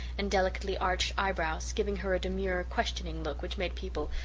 and delicately arched eyebrows, giving her a demure, questioning look which made people,